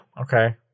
okay